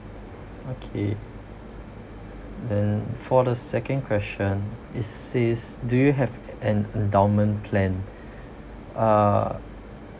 okay then for the second question is is do you have an endowment plan uh